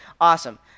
awesome